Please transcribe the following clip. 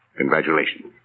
congratulations